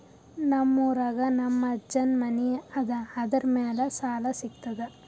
ನಮ್ ಊರಾಗ ನಮ್ ಅಜ್ಜನ್ ಮನಿ ಅದ, ಅದರ ಮ್ಯಾಲ ಸಾಲಾ ಸಿಗ್ತದ?